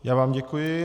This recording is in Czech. Já vám děkuji.